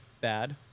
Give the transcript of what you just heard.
bad